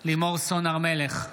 לימור סון הר מלך,